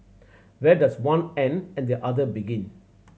where does one end and the other begin